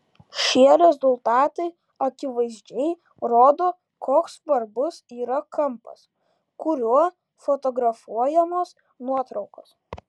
šie rezultatai akivaizdžiai rodo koks svarbus yra kampas kuriuo fotografuojamos nuotraukos